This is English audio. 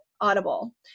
Audible